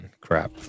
Crap